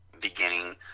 beginning